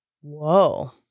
Whoa